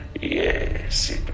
Yes